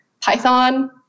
Python